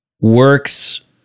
works